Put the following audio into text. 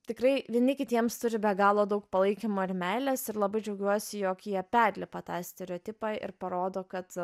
tikrai vieni kitiems turi be galo daug palaikymo ir meilės ir labai džiaugiuosi jog jie perlipa tą stereotipą ir parodo kad